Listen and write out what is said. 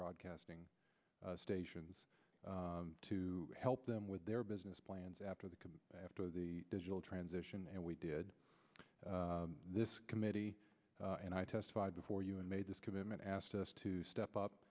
broadcasting stations to help them with their business plans after the after the digital transition and we did this committee and i testified before you and made this commitment asked us to step up